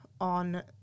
on